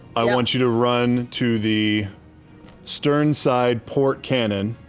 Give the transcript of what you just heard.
i want you to run to the stern-side port cannon.